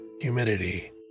humidity